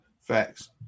facts